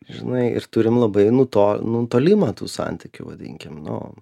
žinai ir turim labai nu to nutolimą tų santykių vadinkim nu